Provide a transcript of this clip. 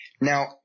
Now